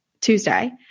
Tuesday